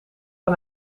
aan